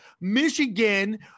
Michigan